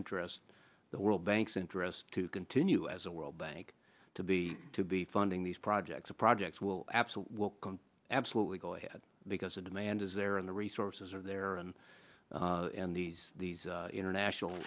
interest the world bank's interest to continue as a world bank to be to be funding these projects projects will absolutely absolutely go ahead because the demand is there and the resources are there and these international